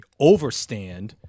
overstand